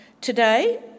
Today